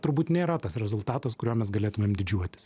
turbūt nėra tas rezultatas kuriuo mes galėtumėm didžiuotis